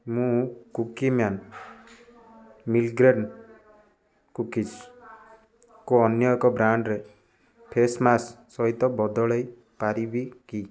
ମୁଁ Cookie Man multigrain କୁକିଜକୁ ଅନ୍ୟ ଏକ ବ୍ରାଣ୍ଡ୍ରେ ଫେସ୍ ମାସ୍କ୍ ସହିତ ବଦଳାଇ ପାରିବି କି